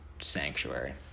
sanctuary